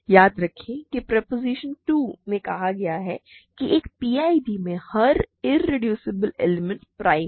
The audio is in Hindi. याद रखें कि प्रोपोज़िशन 2 में कहा गया है कि एक पीआईडी में हर इरेड्यूसिबल एलिमेंट प्राइम है